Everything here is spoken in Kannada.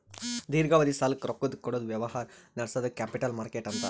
ದೀರ್ಘಾವಧಿ ಸಾಲಕ್ಕ್ ರೊಕ್ಕಾ ಕೊಡದ್ ವ್ಯವಹಾರ್ ನಡ್ಸದಕ್ಕ್ ಕ್ಯಾಪಿಟಲ್ ಮಾರ್ಕೆಟ್ ಅಂತಾರ್